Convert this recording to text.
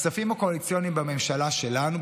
הכספים הקואליציוניים בממשלה שלנו,